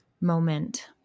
moment